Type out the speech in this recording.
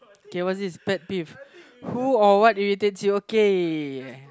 okay what's this pet peeve who or what irritates you okay